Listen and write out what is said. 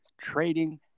trading